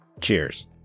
Cheers